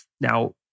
Now